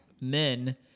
men